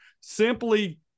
simply